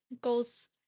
goals